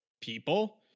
people